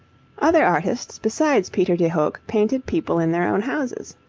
other artists besides peter de hoogh painted people in their own houses.